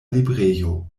librejo